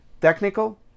Technical